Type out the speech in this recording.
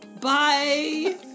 bye